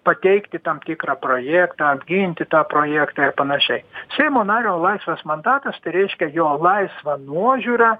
pateikti tam tikrą projektą apginti tą projektą ir panašiai seimo nario laisvas mandatas tai reiškia jo laisva nuožiūra